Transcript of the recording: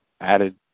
added